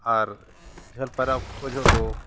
ᱟᱨ ᱡᱷᱟᱹᱞ ᱯᱟᱭᱨᱟ ᱚᱠᱛᱚ ᱡᱚᱦᱚᱜ ᱫᱚ